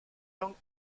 langue